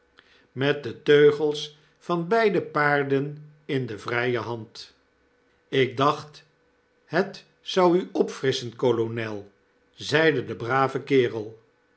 met de teugels van beide paarden in de vrije hand ik dacht het zou u opfrisschen kolonel zeide de brave kerel